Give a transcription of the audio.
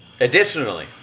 Additionally